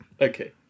Okay